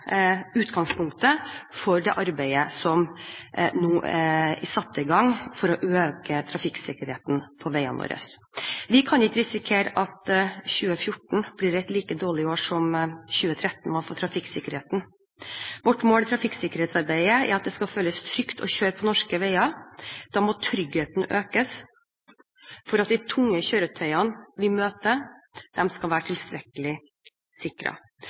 utgangspunktet for det arbeidet som nå er satt i gang for å øke trafikksikkerheten på veiene våre. Vi kan ikke risikere at 2014 blir et like dårlig år som 2013 var for trafikksikkerheten. Vårt mål i trafikksikkerhetsarbeidet er at det skal føles trygt å kjøre på norske veier. Da må vi ha økt trygghet for at de tunge kjøretøyene vi møter, skal være tilstrekkelig sikre.